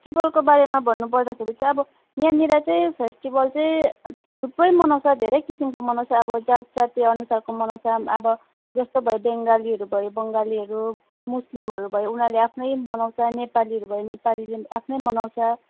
फेस्टिभलको बारेमा भन्नुपर्दाखेरि चाहिँ अब यहाँनिर चाहिँ फेस्टिभल चाहिँ थुप्रै मनाउँछ धेरै किसिमको मनाउँछ अब जातजाति अनुसारको मनाउँछ अब जस्तो भयो बङ्गालीहरू भयो बङ्गालीहरू मुस्लिमहरू भयो उनीहरूले आफ्नै मनाउँछ नेपालीहरू भयो नेपालीले पनि आफ्नै मनाउँछ